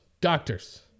doctors